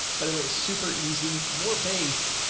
by the way, it's super easy, more bass.